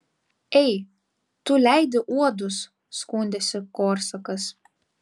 ei tu leidi uodus skundėsi korsakas